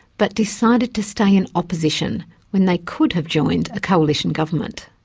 but decided to stay in opposition when they could have joined a coalition government.